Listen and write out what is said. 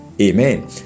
Amen